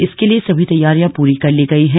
इसके लिए सभी तैयारियां पूरी कर ली गयी हैं